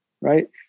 right